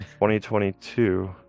2022